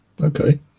Okay